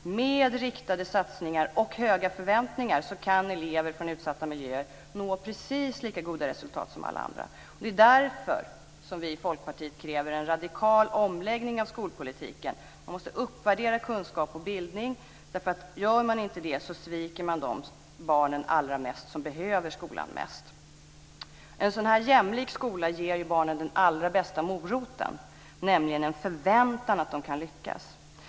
Med riktade satsningar och höga förväntningar kan elever från utsatta miljöer nå precis lika goda resultat som alla andra. Det är därför vi i Folkpartiet kräver en radikal omläggning av skolpolitiken. Kunskap och bildning måste uppvärderas. Görs inte det sviks de barn mest som behöver skolan mest. En jämlik skola ger barnen den allra bästa moroten, nämligen en förväntan att de kan lyckas.